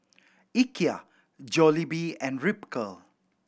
Ikea Jollibee and Ripcurl